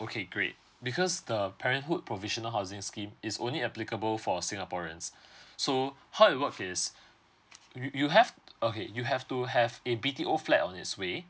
okay great because the parenthood provisional housing scheme is only applicable for singaporeans so how it works is you you have okay you have to have a B T O flat on its way